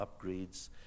upgrades